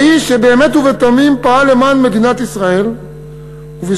האיש באמת ובתמים פעל למען מדינת ישראל ובשליחותה,